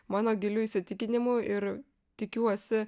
mano giliu įsitikinimu ir tikiuosi